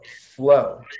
flow